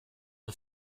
und